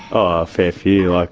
a fair few, like